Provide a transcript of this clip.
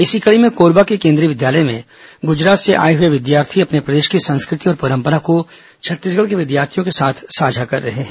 इसी कड़ी में कोरबा के केंद्रीय विद्यालय में गुजरात से आए हुए विद्यार्थी अपने प्रदेश की संस्कृति और परंपरा को छत्तीसगढ़ के विद्यार्थियों के साथ साझा कर रहे हैं